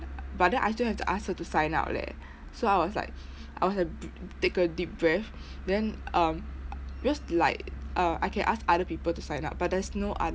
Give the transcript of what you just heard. but then I still have to ask her to sign out leh so I was like I was like take a deep breath then um because like uh I can ask other people to sign out but there was no other